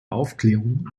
aufklärung